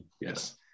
Yes